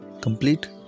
complete